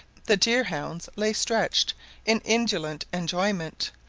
the deer-hounds lay stretched in indolent enjoyment,